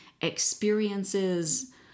experiences